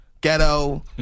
ghetto